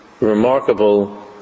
remarkable